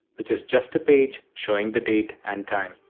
which is just a page showing the date and time.